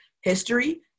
History